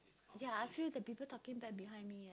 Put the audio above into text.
ya I feel the people talking bad behind me eh